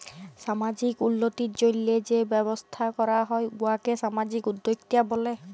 সামাজিক উল্লতির জ্যনহে যে ব্যবসা ক্যরা হ্যয় উয়াকে সামাজিক উদ্যোক্তা ব্যলে